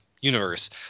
universe